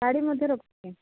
ଶାଢ଼ୀ ମଧ୍ୟ ରଖୁଛି